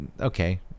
Okay